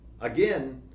Again